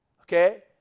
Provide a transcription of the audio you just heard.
Okay